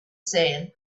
sand